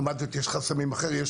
לעומת זאת יש חסמים אחרים.